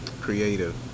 creative